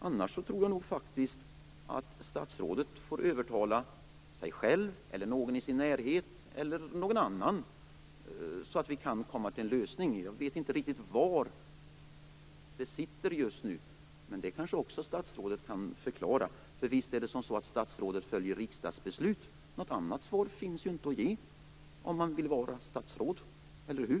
Annars tror jag faktiskt att statsrådet får övertala sig själv, någon i sin närhet eller någon annan, så att vi kan komma fram till en lösning. Jag vet inte riktigt var problemet sitter just nu. Men det kanske också statsrådet kan förklara. Statsrådet följer väl riksdagsbeslut? Något annat svar finns ju inte att ge om man vill vara statsråd, eller hur?